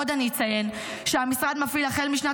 עוד אני אציין שהמשרד מפעיל החל משנת